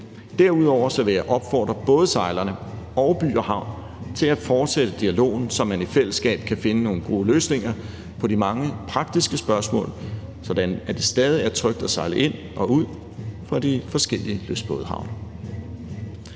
Derudover vil jeg opfordre både sejlerne og By & Havn til at fortsætte dialogen, så man i fællesskab kan finde nogle gode løsninger på de mange praktiske spørgsmål, sådan at det stadig er trygt at sejle ind og ud af de forskellige lystbådehavne.